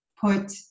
put